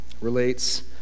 relates